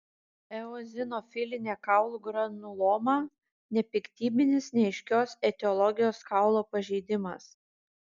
eozinofilinė kaulų granuloma nepiktybinis neaiškios etiologijos kaulo pažeidimas